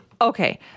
Okay